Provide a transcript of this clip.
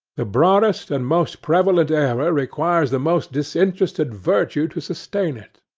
the broadest and most prevalent error requires the most disinterested virtue to sustain it.